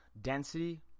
density